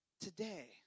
Today